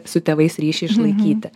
su tėvais ryšį išlaikyti